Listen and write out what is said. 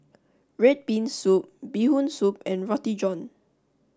Red Bean Soup Bee Hoon Soup and Roti John